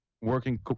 working